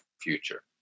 future